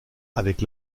avec